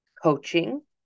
Coaching